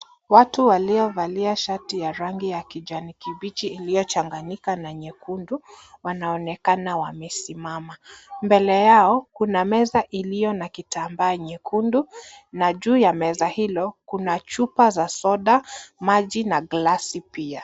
Watu waliovalia shati ya rangi ya kijani kibichi iliyochanganyika na nyekundu, wanaonekana wamesimama. Mbele yao, kuna meza iliyo na kitambaa nyekundu na juu ya meza hilo, kuna chupa za soda, mani na glasi pia.